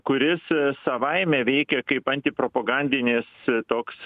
kuris savaime veikia kaip antipropogandinis toks